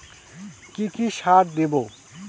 কি কি সার দেবো?